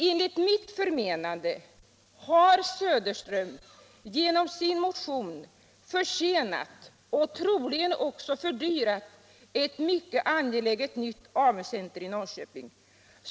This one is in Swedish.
Enligt mitt förmenande har Söderström genom sin motion försenat och troligen också fördyrat ett mycket angeläget nytt AMU-center i Norrköping.